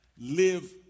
live